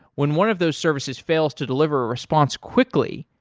when one of those services fails to deliver a response quickly,